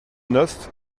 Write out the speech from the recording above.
neuf